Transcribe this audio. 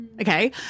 Okay